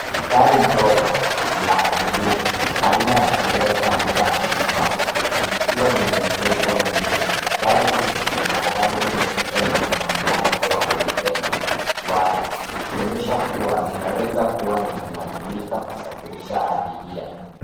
Ni gari ndogo la abiria aina ya Toyota hiace van ,likiwa limeegeshwa nje. Gari hili lina rangi nyeupe na lina mlango wa pembeni wazi. ikionyesha kuwa linaweza kuwa linatumika kusafirisha abiria.